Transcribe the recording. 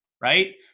right